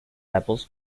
levels